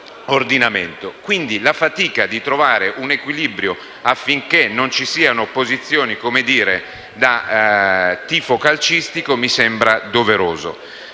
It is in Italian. Quindi, la fatica di trovare un equilibrio, affinché non ci siano posizioni da tifo calcistico, mi sembra doverosa.